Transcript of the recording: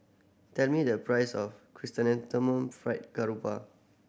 tell me the price of Chrysanthemum Fried Garoupa